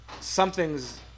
something's